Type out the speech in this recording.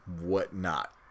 whatnot